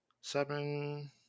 Seven